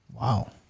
Wow